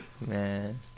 Man